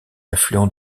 affluent